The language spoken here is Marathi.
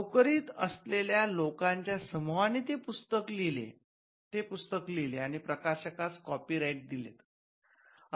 नोकरीत असलेल्या लोकांच्या समूहाने ते पुस्तक लिहिले आणि प्रकाशकास कॉपी राईट दिलेत